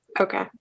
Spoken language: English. okay